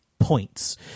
points